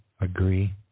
agree